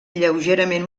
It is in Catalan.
lleugerament